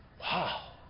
Wow